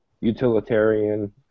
utilitarian